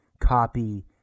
copy